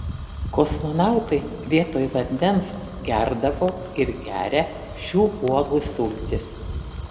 kosmonautai vietoj vandens gerdavo ir geria šių uogų sultis